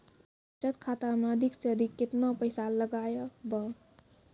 बचत खाता मे अधिक से अधिक केतना पैसा लगाय ब?